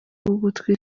ugutwi